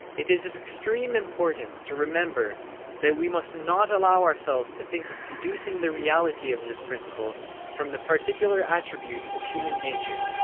it is of extreme importance to remember that we must not allow ourselves to think of deducing the reality of this principle from the particular attributes of human nature.